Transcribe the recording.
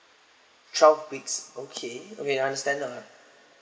twelve weeks okay okay I understand now